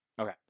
Okay